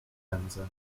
ręce